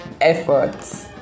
efforts